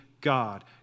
God